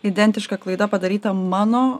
identiška klaida padaryta mano